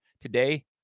today